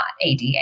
ADA